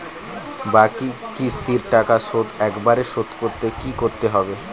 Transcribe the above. বাকি কিস্তির টাকা শোধ একবারে শোধ করতে কি করতে হবে?